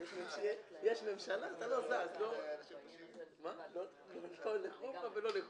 אלה הסמכויות של ראש